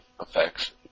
effects